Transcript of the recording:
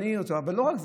אבל לא רק זה.